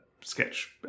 sketch